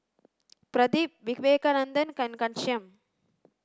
Pradip Vivekananda and Ghanshyam